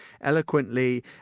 eloquently